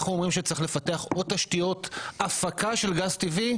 אנחנו אומרים שצריך לפתח עוד תשתיות הפקה של גז טבעי,